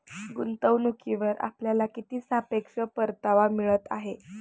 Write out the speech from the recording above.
गुंतवणूकीवर आपल्याला किती सापेक्ष परतावा मिळत आहे?